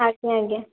ଆଜ୍ଞା ଆଜ୍ଞା